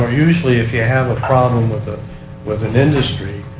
ah usually if you have a problem with ah with an industry